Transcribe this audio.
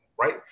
right